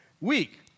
week